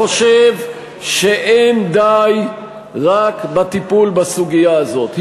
אני חושב שלא די רק בטיפול בסוגיה הזאת.